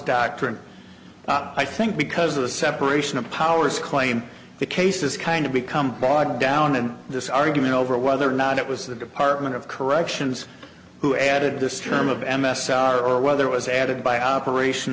doctrine i think because of the separation of powers claim the case is kind of become bogged down in this argument over whether or not it was the department of corrections who added this term of m s r or whether it was added by operation